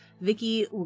Vicky